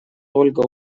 ольга